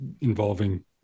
involving